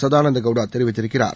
சதானந்தா கவுடா தெரிவித்திருக்கிறார்